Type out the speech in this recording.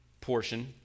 portion